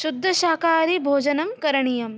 शुद्धशाकाहारिभोजनं करणीयं